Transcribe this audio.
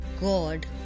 God